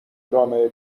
جامعه